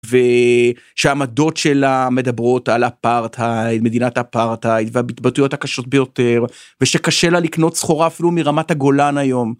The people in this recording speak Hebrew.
ושעמדות שלה מדברות על אפרטהייד, מדינת אפרטהייד וההתבטאויות הקשות ביותר ושקשה לה לקנות סחורה אפילו מרמת הגולן היום.